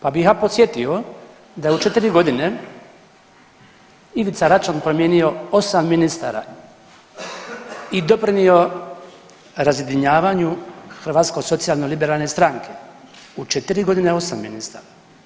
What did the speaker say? Pa bih ja podsjetio da u četiri godine Ivica Račan promijenio 8 ministara i doprinio razjedinjavanju Hrvatske socijalno-liberalne stranke, u 4 godine 8 ministara.